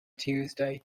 tuesday